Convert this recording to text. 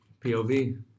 POV